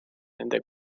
nende